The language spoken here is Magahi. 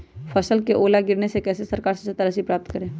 फसल का ओला गिरने से कैसे सरकार से सहायता राशि प्राप्त करें?